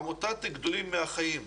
עמותת 'גדולים מהחיים'.